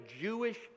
Jewish